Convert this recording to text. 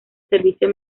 servicio